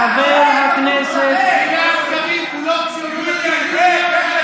חבר הכנסת, גלעד קריב הוא לא ציונות דתית, רד.